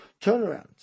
turnaround